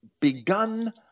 begun